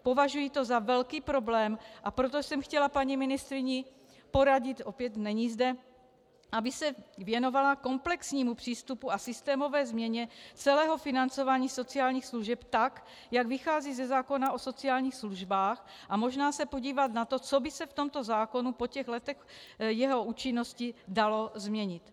Považuji to za velký problém, a proto jsem chtěla paní ministryni poradit opět není zde , aby se věnovala komplexnímu přístupu a systémové změně celého financování sociálních služeb, tak jak vychází ze zákona o sociálních službách, a možná se podívat na to, co by se v tomto zákonu po těch letech jeho účinnosti dalo změnit.